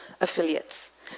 affiliates